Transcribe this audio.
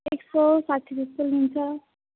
एक सय साठी जस्तो लिन्छ